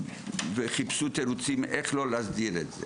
שישבו וחיפשו תירוצים איך לא להסדיר את זה.